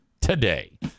today